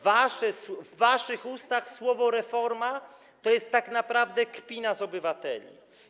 W waszych ustach słowo „reforma” to jest tak naprawdę kpina z obywateli.